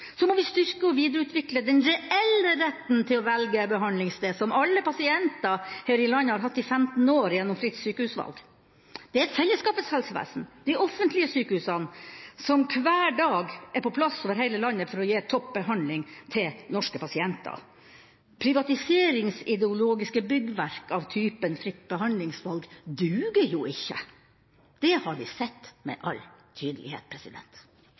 Så må vi styrke og videreutvikle den reelle retten til å velge behandlingssted, som alle pasienter her i landet har hatt i 15 år gjennom fritt sykehusvalg. Det er fellesskapets helsevesen, de offentlige sykehusene, som hver dag er på plass over hele landet for å gi topp behandling til norske pasienter. Privatiseringsidelogiske byggverk av typen fritt behandlingsvalg duger ikke – det har vi sett med all tydelighet.